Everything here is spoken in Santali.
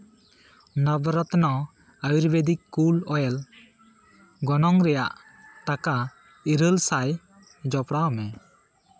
ᱱᱚᱵᱚᱨᱚᱛᱱᱚ ᱟᱭᱩᱨᱵᱮᱫᱤᱠ ᱠᱩᱞ ᱳᱭᱮᱞ ᱜᱚᱱᱚᱝ ᱨᱮᱭᱟᱜ ᱴᱟᱠᱟ ᱤᱨᱟᱹᱞ ᱥᱟᱭ ᱡᱚᱯᱲᱟᱣ ᱢᱮ